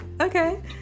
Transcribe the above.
okay